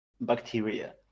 bacteria